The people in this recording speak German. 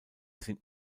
sind